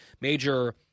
major